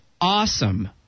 awesome